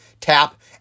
tap